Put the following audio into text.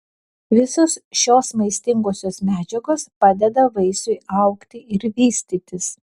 visos šios maistingosios medžiagos padeda vaisiui augti ir vystytis